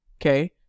Okay